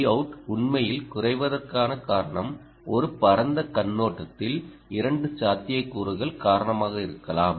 Vout உண்மையில் குறைவதற்கான காரணம் ஒரு பரந்த கண்ணோட்டத்தில் இரண்டு சாத்தியக்கூறுகள் காரணமாக இருக்கலாம்